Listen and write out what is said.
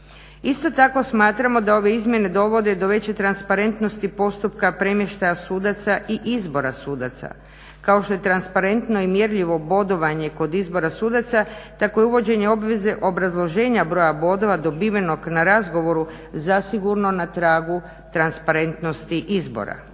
Isto tako smatramo da ove izmjene dovode do veće transparentnosti postupka premještaja sudaca i izbora sudaca. Kao što je transparentno i mjerljivo bodovanje kod izbora sudaca tako je uvođenje obveze obrazloženja broja bodova dobivenog na razgovoru zasigurno na tragu transparentnosti izbora.